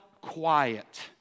quiet